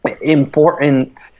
important